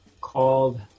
called